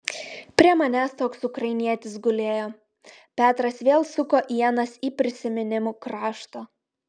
prie manęs toks ukrainietis gulėjo petras vėl suko ienas į prisiminimų kraštą